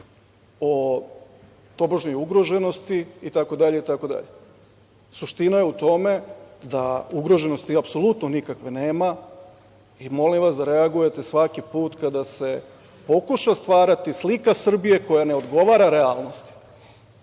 o tobožnoj ugroženosti itd, itd. Suština je u tome da ugroženosti apsolutno nikakve nema i molim vas da reagujete svaki put kada se pokuša stvarati slika Srbije koja ne odgovara realnosti.